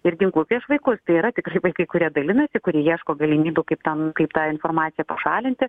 ir ginklu prieš vaikus tai yra tikrai vaikai kurie dalinasi kurie ieško galimybių kaip tam kaip tą informaciją pašalinti